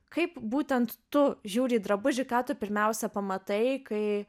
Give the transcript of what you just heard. kaip būtent tu žiūri į drabužį ką tu pirmiausia pamatai kai